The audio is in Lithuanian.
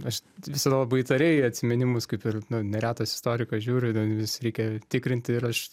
aš visada labai įtariai į atsiminimus kaip ir nu ne retas istorikas žiūriu ten vis reikia tikrinti ir aš